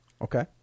okay